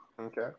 Okay